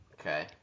Okay